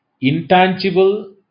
intangible